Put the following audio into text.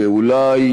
ואולי